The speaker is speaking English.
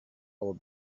will